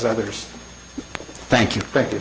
others thank you thank you